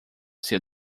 seu